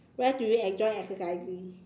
where do you enjoy exercising